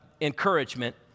encouragement